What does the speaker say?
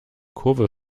kurve